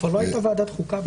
כבר לא הייתה ועדת חוקה.